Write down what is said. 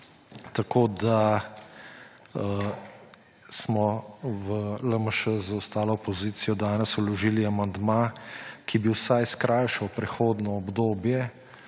tako da smo v LMŠ z ostalo opozicijo danes vložili amandma, ki bi vsaj skrajšal prehodno obdobje,